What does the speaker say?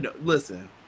Listen